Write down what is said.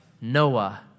Noah